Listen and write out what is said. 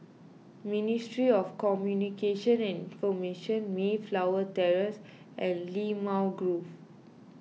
Ministry of Communications and Information Mayflower Terrace and Limau Grove